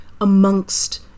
amongst